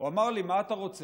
הוא אומר לי: מה אתה רוצה,